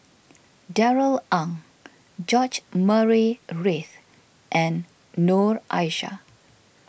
Darrell Ang George Murray Reith and Noor Aishah